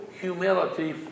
humility